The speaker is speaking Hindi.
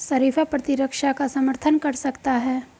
शरीफा प्रतिरक्षा का समर्थन कर सकता है